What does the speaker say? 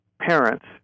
parents